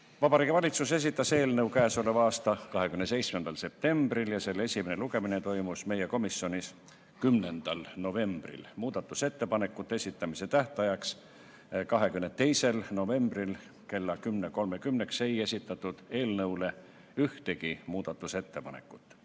Valitsus esitas eelnõu k.a 27. septembril ja selle esimene lugemine toimus meie komisjonis 10. novembril. Muudatusettepanekute esitamise tähtajaks, 22. novembriks kella 10.30‑ks ei esitatud eelnõu kohta ühtegi muudatusettepanekut.